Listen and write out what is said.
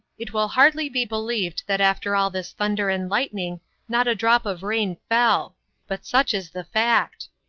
it will hardly be believed that after all this thunder and lightning not a drop of rain fell but such is the fact.